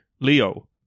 Leo